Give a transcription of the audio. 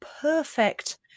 perfect